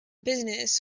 business